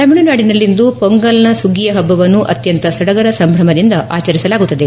ತಮಿಳುನಾಡಿನಲ್ಲಿಂದು ಪೊಂಗಲ್ನ ಸುಗ್ಗಿಯ ಪಬ್ಜವನ್ನು ಆತ್ಯಂತ ಸಡಗರ ಸಂಭ್ರಮದಿಂದ ಇಂದು ಆಚರಿಸಲಾಗುತ್ತದೆ